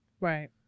Right